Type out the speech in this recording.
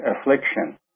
affliction